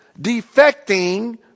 defecting